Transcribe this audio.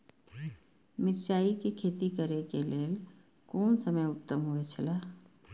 मिरचाई के खेती करे के लेल कोन समय उत्तम हुए छला?